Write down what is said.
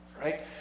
Right